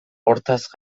hortaz